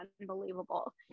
unbelievable